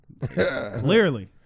Clearly